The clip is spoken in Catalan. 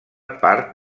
part